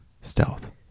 Stealth